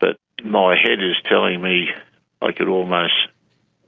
but my head is telling me i could almost